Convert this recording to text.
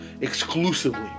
exclusively